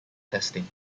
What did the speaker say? testing